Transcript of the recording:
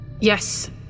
Yes